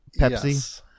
Pepsi